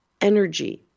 energy